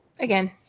again